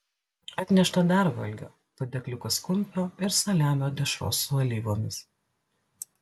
atnešta dar valgio padėkliukas kumpio ir saliamio dešros su alyvomis